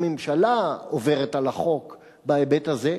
הממשלה עוברת על החוק בהיבט הזה,